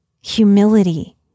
humility